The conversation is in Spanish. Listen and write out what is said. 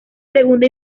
segunda